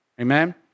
Amen